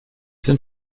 sind